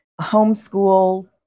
homeschool